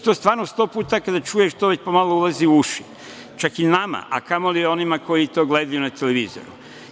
To stvarno 100 puta kada čuješ, pomalo ulazi u uši, čak i nama, a kamoli onima koji to gledaju na televizoru.